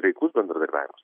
reiklus bendradarbiavimas